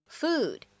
food